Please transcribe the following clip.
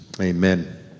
Amen